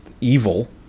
evil